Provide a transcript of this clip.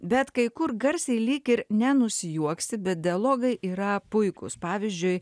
bet kai kur garsiai lyg ir nenusijuoksi bet dialogai yra puikūs pavyzdžiui